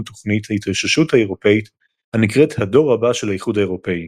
תוכנית ההתאוששות האירופית הנקראת "הדור הבא של האיחוד האירופי".